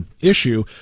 issue